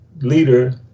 leader